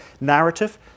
narrative